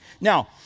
Now